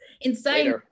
insane